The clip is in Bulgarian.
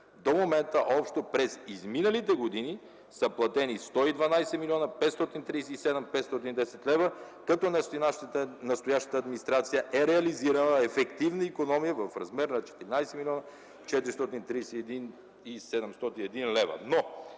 До момента общо през изминалите години са платени 112 млн. 537 хил. 510 лв., като настоящата администрация е реализирала ефективна икономия в размер на 14 млн. 431 хил. 701 лв.